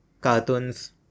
cartoons